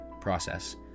process